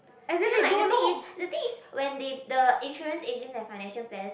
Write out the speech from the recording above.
you know like the thing is the thing is when they the insurance agents and financial planners